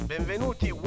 Benvenuti